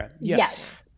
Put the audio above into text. Yes